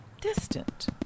distant